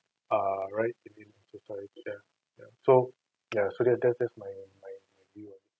err right ya ya so ya so that's that's that's my my my view ah